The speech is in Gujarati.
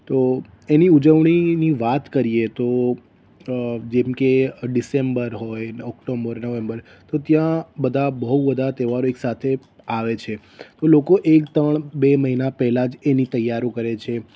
તો એની ઉજવણીની વાત કરીએ તો જેમકે ડિસેમ્બર હોય ઓક્ટોબર નવેમ્બર તો ત્યાં બધાં બહુ બધાં તહેવારો સાથે આવે છે લોકો એક બે મહિના પહેલા જ એની તૈયારી કરે છે